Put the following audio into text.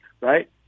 right